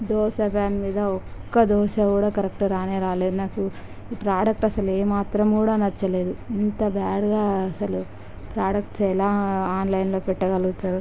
dosa pan మీద ఒక్క దోశ కూడా కరెక్టుగా రానే రాలేదు ప్రొడెక్టు అస్సలు ఏమాత్రము కూడా నచ్చలేదు ఇంత బ్యాడ్గా అసలు ప్రొడక్ట్స్ ఎలా ఆన్లైన్లో పెట్టగలుగుతారో